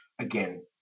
again